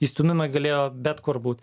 išstūmimą galėjo bet kur būt